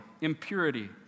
impurity